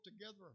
together